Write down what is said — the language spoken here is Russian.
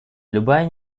любая